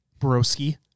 Broski